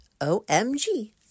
O-M-G